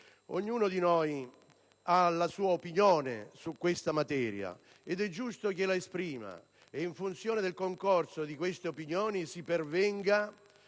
Ognuno di noi ha la sua opinione su questa materia ed è giusto che la esprima e che, in funzione del concorso di queste opinioni, si pervenga